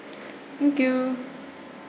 thank you